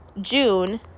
June